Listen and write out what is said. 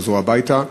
חזרו הביתה.